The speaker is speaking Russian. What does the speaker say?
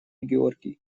георгий